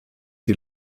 die